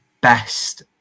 best